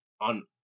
on